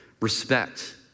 Respect